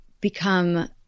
become